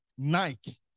Nike